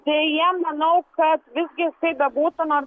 deja manau kad visgi kaip bebūtų man